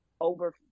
over